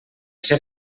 ser